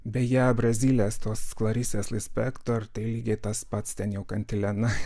beje brazilės tos klarisės lispekto ir tai lygiai tas pats ten jau kantilena